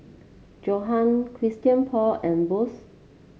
Johan Christian Paul and Bose